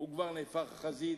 כבר נהפך לחזית,